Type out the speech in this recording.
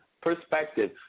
perspective